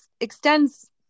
extends